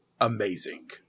amazing